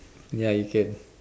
ya you can